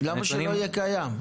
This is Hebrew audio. למה שלא יהיה קיים?